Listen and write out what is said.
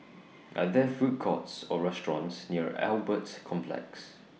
Are There Food Courts Or restaurants near Albert Complex